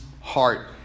heart